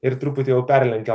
ir truputį jau perlenkia